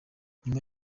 nyuma